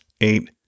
eight